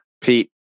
Pete